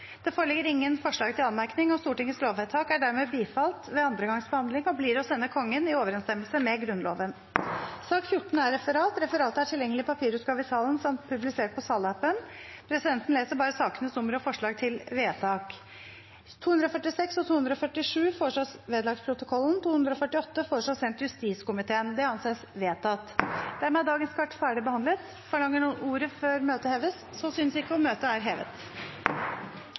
Det foreligger ingen forslag til anmerkning til noen av disse sakene. Stortingets lovvedtak er dermed bifalt ved andre gangs behandling og blir å sende Kongen i overensstemmelse med Grunnloven. Dermed er dagens kart ferdigbehandlet. Forlanger noen ordet før møtet heves? – Så synes ikke, og møtet er hevet.